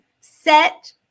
set